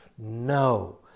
No